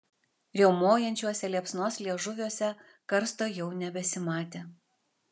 riaumojančiuose liepsnos liežuviuose karsto jau nebesimatė